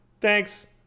thanks